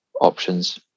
options